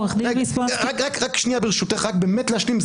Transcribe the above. עו"ד ויסמונסקי --- רק שנייה ברשותך, רק להשלים.